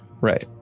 Right